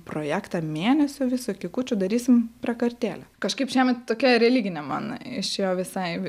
projektą mėnesio visokikučių darysim prakartėlę kažkaip šiemet tokia religinė mano išėjo visai